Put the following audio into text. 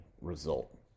result